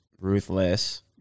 Ruthless